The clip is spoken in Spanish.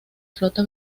flota